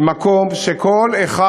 היא מקום שכל אחד,